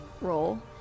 role